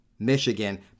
Michigan